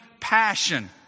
passion